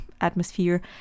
atmosphere